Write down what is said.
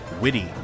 witty